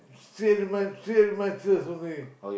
sleep at the mat~ sleep at the mattress only